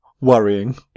worrying